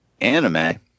anime